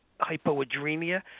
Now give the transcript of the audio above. hypoadrenia